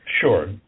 Sure